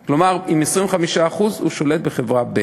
כלומר, עם 25% הוא שולט בחברה ב'.